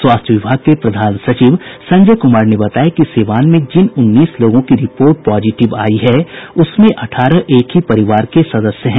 स्वास्थ्य विभाग के प्रधान सचिव संजय कुमार ने बताया कि सिवान में जिन उन्नीस लोगों की रिपोर्ट पॉजिटिव आयी है उसमें अठारह एक ही परिवार के सदस्य हैं